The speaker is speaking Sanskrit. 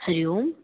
हरिः ओम्